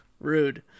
Rude